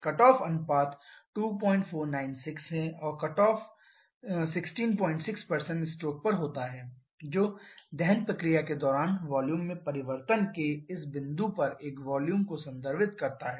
cut off अनुपात 2496 है और कट ऑफ 166 स्ट्रोक पर होता है जो दहन प्रक्रिया के दौरान वॉल्यूम में परिवर्तन के इस बिंदु पर एक वॉल्यूम को संदर्भित करता है